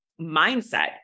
mindset